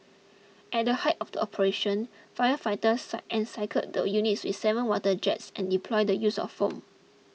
at the height of the operation firefighters cite encircled the units with seven water jets and deployed the use of foam